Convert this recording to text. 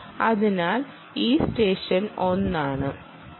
അതിനാൽ ഇത് സ്റ്റേഷൻ 1 ആണ്